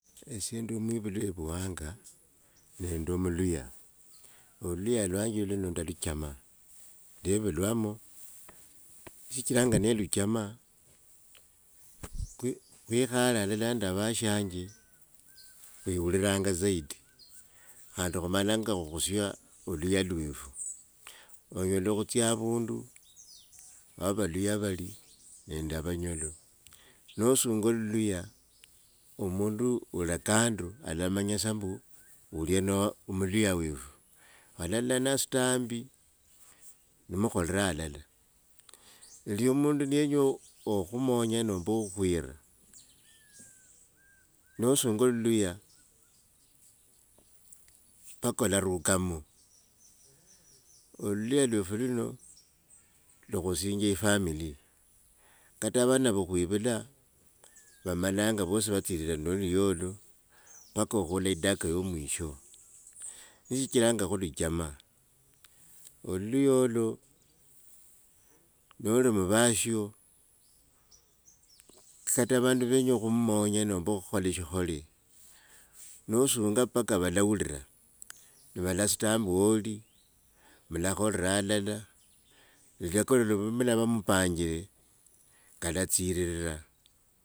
Esie ndi mwivuli evuwanga nende omuluhya, oluluhya lwanje luno ndaluchama, ndevulwamo, shichilanga na luchama khwikhale alala nende vashanje khwiwulilanga saidi, khandi khumanyanga khukhusia oluya lwefu. onyala khutsya avundu wa valuhya vali nende avanyolo, nosunga oluluhya mundu uli kando alamanyatsa mbu ulia no muluhya wefu. Halalanastambi ni mukhorira alala, lio mundu niyenya okhumonya nomba okhwira nosunga oluluhya paka olarukamo, oluluhya lwefu luno lukhusinja efamili kata avana va khwuivula vamalanga vosi vatsirira noluya olwo paka khula etaka yo mwisho. Ni shichilanga khuluchama. Oluluhya olo noli muvasho, kata vandu ni venya khummonya nomba okhukhola eshikhole nosunga paka valawurira navalasita ambi woli, mulakhorra alala yakokoli kamwalava ni mpanjire kalatsirira.